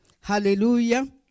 Hallelujah